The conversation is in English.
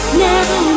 now